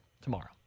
tomorrow